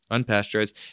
Unpasteurized